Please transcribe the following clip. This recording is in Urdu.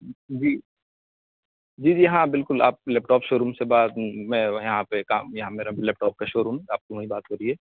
جی جی جی ہاں بالکل آپ لیپ ٹاپ شو روم سے بات میں یہاں پہ کام یہاں میرا لیپ ٹاپ کا شو روم آپ کو وہیں بات ہو رہی ہے